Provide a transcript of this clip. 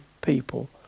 people